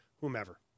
whomever